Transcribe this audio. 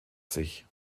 sich